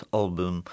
album